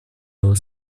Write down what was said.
его